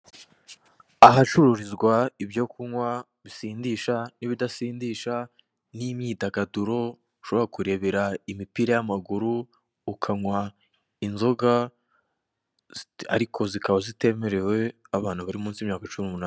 Ahacururizwa ibyo kunywa bisindisha n'ibidasindisha, n'imyidagaduro ushobora kurebera imipira y'amaguru, ukanywa inzoga, ariko zikaba zitemerewe abana bari munsi y'imyaka cumi n'umunani.